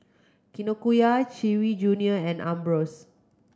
Kinokuniya Chewy Junior and Ambros